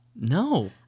no